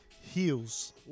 heels